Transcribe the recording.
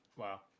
Wow